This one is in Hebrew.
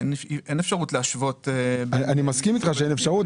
אין אפשרות להשוות בין --- אני מסכים איתך שאין אפשרות,